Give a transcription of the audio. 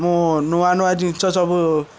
ମୁଁ ନୂଆନୂଆ ଜିନିଷ ସବୁ